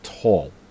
tall